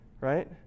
Right